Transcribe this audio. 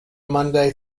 monday